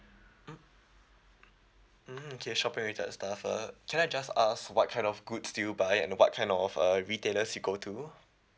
mm mmhmm K shopping related stuff uh can I just ask what kind of goods do you buy and what kind of uh retailers you go to